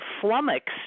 flummoxed